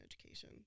education